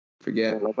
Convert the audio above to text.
Forget